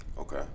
Okay